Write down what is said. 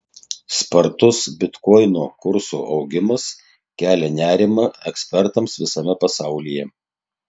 spartus bitkoino kurso augimas kelia nerimą ekspertams visame pasaulyje